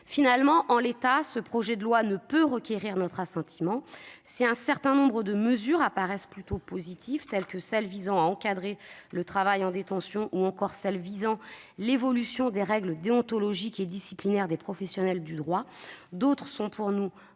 articles. En l'état, ce projet de loi ne peut recueillir notre assentiment. Si un certain nombre de mesures semblent plutôt positives, par exemple celles qui visent à encadrer le travail en détention ou encore celles qui sont relatives à l'évolution des règles déontologiques et disciplinaires des professionnels du droit, d'autres sont pour nous rédhibitoires,